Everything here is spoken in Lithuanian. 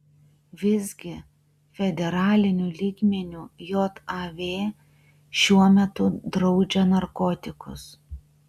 visgi federaliniu lygmeniu jav šiuo metu draudžia narkotikus